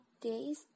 days